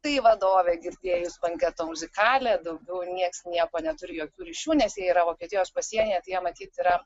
tai vadovė girdėjus banketo muzikalią daugiau niekas nieko neturi jokių ryšių nes jie yra vokietijos pasienyje tai jie matyt yra